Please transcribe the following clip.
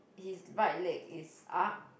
his right leg is up